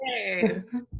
Yes